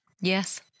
Yes